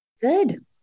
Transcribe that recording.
Good